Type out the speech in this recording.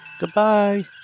Goodbye